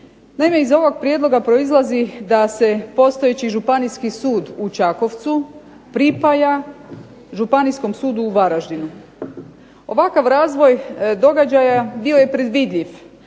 Naime, iz ovog prijedloga proizlazi da se postojeći Županijski sud u Čakovcu pripaja Županijskom sudu u Varaždinu. Ovakav razvoj događaja bio je predvidljiv,